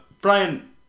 Brian